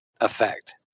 effect